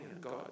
God